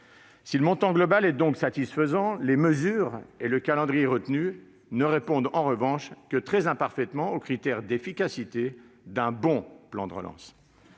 Si le montant global est donc satisfaisant, les mesures et le calendrier retenus ne répondent en revanche que très imparfaitement aux critères d'efficacité d'un « bon » plan de relance.